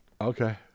Okay